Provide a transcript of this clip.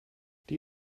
die